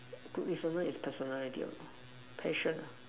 good listener is definitely be patience